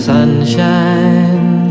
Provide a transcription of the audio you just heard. Sunshine